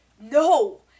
No